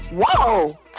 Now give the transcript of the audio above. Whoa